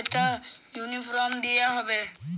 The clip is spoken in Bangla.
লংকা চাষে এক একর জমিতে কতো ইউরিয়া দিতে হবে?